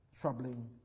troubling